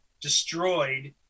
destroyed